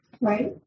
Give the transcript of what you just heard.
Right